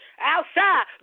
outside